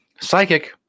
Psychic